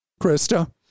Krista